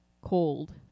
cold